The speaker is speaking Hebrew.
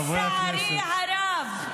לצערי הרב.